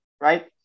right